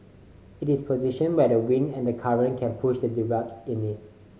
it is positioned where the wind and the current can push the debris in it